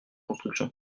construction